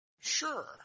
Sure